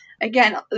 Again